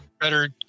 better